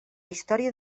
història